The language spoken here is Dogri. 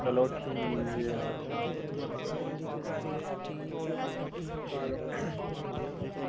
मतलब ठीक